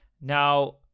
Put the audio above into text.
Now